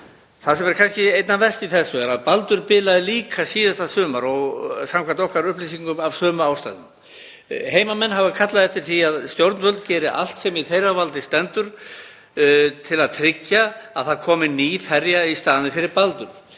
Það sem er kannski einna verst í þessu er að Baldur bilaði líka síðasta sumar og samkvæmt okkar upplýsingum af sömu ástæðum. Heimamenn hafa kallað eftir því að stjórnvöld geri allt sem í þeirra valdi stendur til að tryggja að það komi ný ferja í staðinn fyrir Baldur.